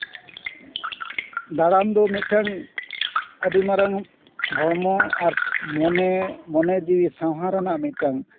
ᱫᱟᱬᱟᱱ ᱫᱚ ᱢᱤᱫᱴᱟᱝ ᱟᱹᱰᱤ ᱢᱟᱨᱟᱝ ᱦᱚᱲᱢᱚ ᱟᱨ ᱢᱚᱱᱮ ᱢᱚᱱᱮ ᱡᱤᱣᱤ ᱥᱟᱣᱦᱟ ᱨᱮᱱᱟᱜ ᱢᱤᱫᱴᱮᱱ